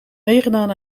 meegedaan